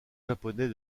japonais